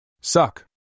Suck